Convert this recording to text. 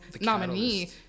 nominee